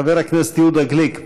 חבר הכנסת יהודה גליק,